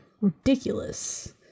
ridiculous